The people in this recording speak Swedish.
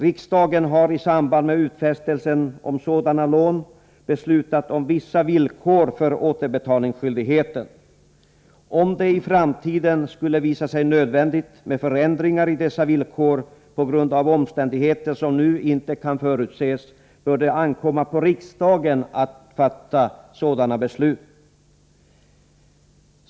Riksdagen har i samband med utfästelsen om sådana lån beslutat om vissa villkor för återbetalningsskyldighet. Om det i framtiden skulle visa sig nödvändigt med förändringar i dessa villkor på grund av omständigheter som nu inte kan förutses, bör det ankomma på riksdagen att fatta sådana beslut.